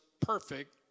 perfect